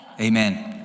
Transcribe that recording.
Amen